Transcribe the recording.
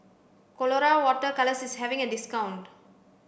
colora water colours is having a discount